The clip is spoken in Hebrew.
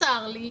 וצר לי,